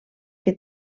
que